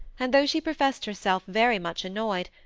and, though she professed herself very much annoyed,